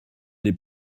n’ai